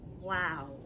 Wow